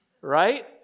right